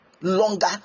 longer